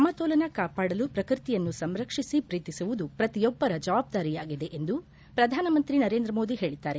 ಸಮತೋಲನವನ್ನು ಕಾಪಾಡಲು ಪ್ರಕೃತಿಯನ್ನು ಸಂರಕ್ಷಿಸಿ ಪ್ರೀತಿಸುವುದು ಪ್ರತಿಯೊಬ್ಬರ ಜವಾಬ್ದಾರಿಯಾಗಿದೆ ಎಂದು ಪ್ರಧಾನಮಂತ್ರಿ ನರೇಂದ್ರ ಮೋದಿ ಹೇಳಿದ್ದಾರೆ